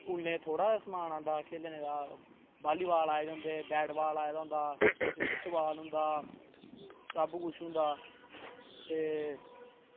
स्कूलें थोह्ड़ा समान आंदा खेलने दा बॉल्ली बॉल आए दा होंदा बैट बॉल आए दा होंदा फुट्ट बॉल होंदा सब किश होंदा ते